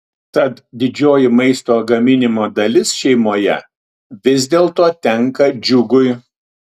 tad didžioji maisto gaminimo dalis šeimoje vis dėlto tenka džiugui